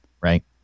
right